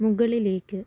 മുകളിലേക്ക്